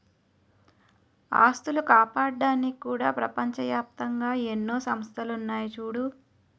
ఆస్తులు కాపాడ్డానికి కూడా ప్రపంచ ఏప్తంగా ఎన్నో సంస్థలున్నాయి చూడూ